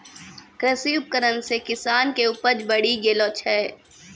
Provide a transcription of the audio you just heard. कृषि उपकरण से किसान के उपज बड़ी गेलो छै